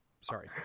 Sorry